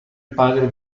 padre